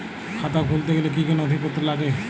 খাতা খুলতে গেলে কি কি নথিপত্র লাগে?